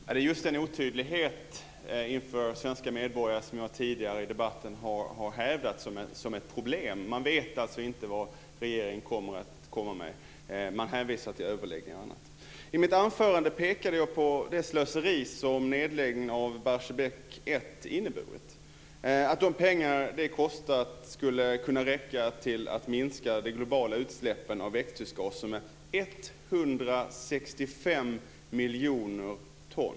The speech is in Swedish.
Fru talman! Det är just denna otydlighet inför de svenska medborgarna som jag tidigare i debatten har hävdat som ett problem. De vet alltså inte vad regeringen tänker komma med. Man bara hänvisar till överläggningarna. I mitt anförande pekade jag på det slöseri som nedläggningen av Barsebäck 1 har inneburit. De pengar som den har kostat skulle kunna räcka till att minska de globala utsläppen av växthusgaser med 165 miljoner ton.